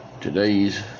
Today's